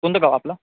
कोणतं गाव आपला